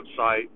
website